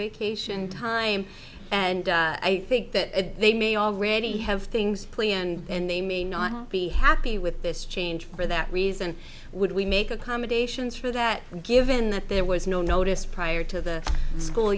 vacation time and i think that they may already have things play and they may not be happy with this change for that reason would we make accommodations for that given that there was no notice prior to the school